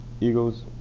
Eagles